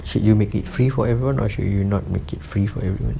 should you make it free for everyone or should you not make it free for everyone